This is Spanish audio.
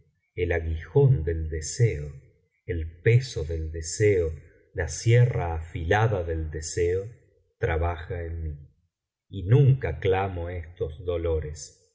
él aguijón del deseo el peso del deseo la sierra afilada del deseo trabaja en mí y nunca clamo estos dolores